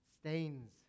stains